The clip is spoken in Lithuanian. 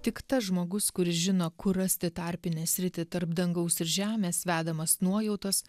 tik tas žmogus kuris žino kur rasti tarpinę sritį tarp dangaus ir žemės vedamas nuojautos